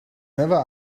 never